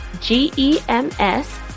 G-E-M-S